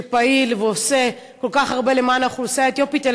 שפעיל ועושה כל כך הרבה למען האוכלוסייה האתיופית,